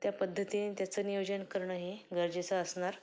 त्या पद्धतीने त्याचं नियोजन करणं हे गरजेचं असणार